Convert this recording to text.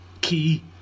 key